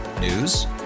News